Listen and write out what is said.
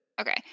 Okay